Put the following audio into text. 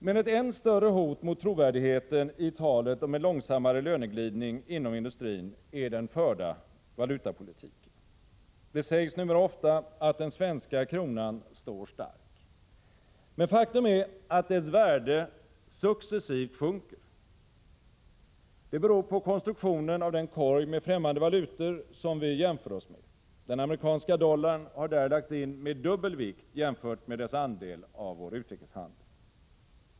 Men ett än större hot mot trovärdigheten i talet om en långsammare löneglidning inom industrin är den förda valutapolitiken. Det sägs numera ofta att den svenska kronan står stark. Men faktum är att dess värde successivt sjunker. Det beror på konstruktionen av den korg med främmande valutor som vi jämför oss med. Den amerikanska dollarn har där lagts in med dubbel vikt jämfört med dess andel av vår utrikeshandel.